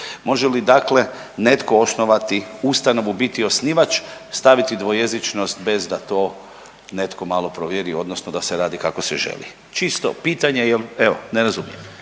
Može li dakle netko osnovati ustanovu, biti osnivač, staviti dvojezičnost bez da to netko malo provjeri odnosno da se radi kako se želi? Čisto pitanje jel evo ne razumijem.